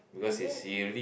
is it